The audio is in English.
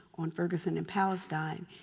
on ferguson in palestine,